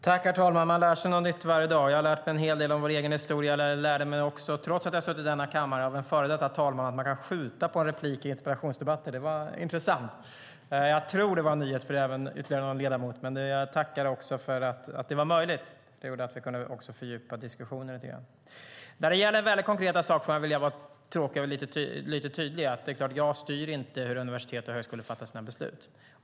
Herr talman! Man lär sig något nytt varje dag. Jag har lärt mig en hel del om vår egen historia, och jag lärde mig också - trots att jag tidigare har suttit i denna kammare - av en före detta talman att man kan skjuta på ett inlägg i interpellationsdebatter. Det var intressant. Jag tror att det var en nyhet även för ytterligare någon ledamot. Jag tackar också för att det var möjligt. Det gjorde att vi kunde fördjupa diskussionen lite grann. När det gäller väldigt konkreta saker får jag vara lite tråkig och tydlig: Det är klart att jag inte styr över hur universitet och högskolor fattar sina beslut.